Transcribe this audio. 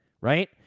right